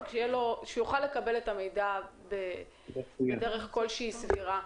אבל כן שיוכל לקבל את המידע בדרך סבירה כלשהי.